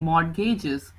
mortgages